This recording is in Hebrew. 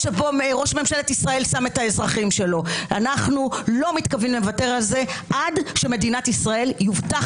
אנחנו לא מתכונים לוותר עד שיובטח